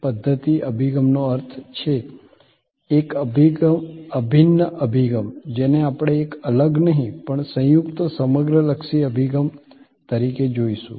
પધ્ધતિ અભિગમનો અર્થ છે એક અભિન્ન અભિગમજેને આપણે એક અલગ નહીં પણ સંયુક્ત સમગ્રલક્ષી અભિગમ તરીકે જોઈશું